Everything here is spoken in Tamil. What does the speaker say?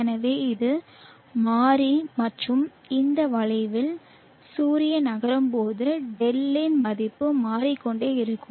எனவே இது மாறி மற்றும் இந்த வளைவில் சூரியன் நகரும்போது δ இன் மதிப்பு மாறிக்கொண்டே இருக்கும்